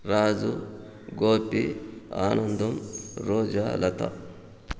Raju Gopi Anandam Roja Latha